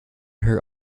her